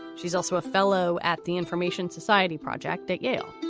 she's also a fellow at the information society project at yale.